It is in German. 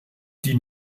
die